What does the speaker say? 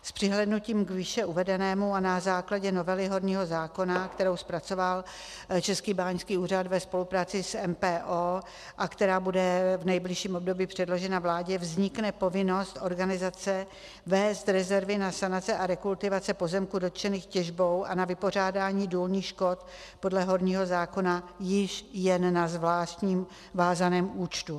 S přihlédnutím k výše uvedenému a na základě novely horního zákona, kterou zpracoval Český báňský úřad ve spolupráci s MPO a která bude v nejbližším období předložena vládě, vznikne povinnost organizace vést rezervy na sanace a rekultivace pozemků dotčených těžbou a na vypořádání důlních škod podle horního zákona již jen na zvláštním vázaném účtu.